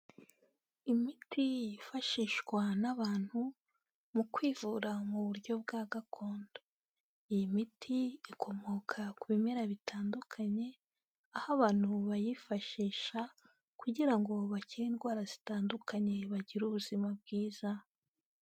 Imiti yifashishwa n'abantu mu kwivura mu buryo bwa gakondo. Iyi miti ikomoka ku bimera bitandukanye, aho abantu bayifashisha kugira ngo bakire indwara zitandukanye bagire ubuzima bwiza.